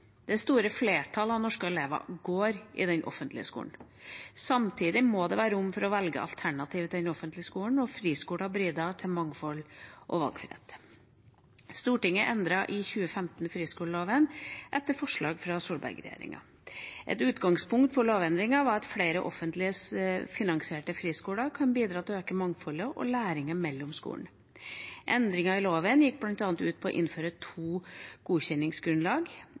Det store flertallet av norske elever går i den offentlige skolen. Samtidig må det være rom for å velge et alternativ til den offentlige skolen, og friskolen bidrar til mangfold og valgfrihet. Stortinget endret i 2015 friskoleloven etter forslag fra Solberg-regjeringa. Et utgangspunkt for lovendringen var at flere offentlig finansierte friskoler kan bidra til å øke mangfoldet og læringen mellom skolene. Endringene i loven gikk bl.a. ut på å innføre to godkjenningsgrunnlag